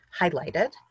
highlighted